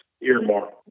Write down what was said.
earmark